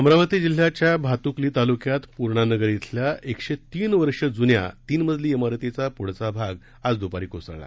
अमरावती जिल्ह्याच्या भातक्ली ताल्क्यात पूर्णा नगर इथल्या एकशे तीन वर्ष जून्या तीन मजली इमारतीचा प्ढचा भाग आज द्पारी कोसळला